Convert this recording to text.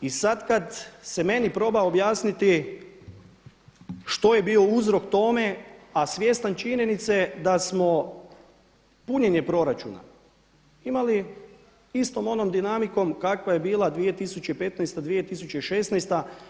I sad kad se meni proba objasniti što je bio uzrok tome, a svjestan činjenice da smo punjenje proračuna imali istom onom dinamikom kakva je bila 2015., 2016.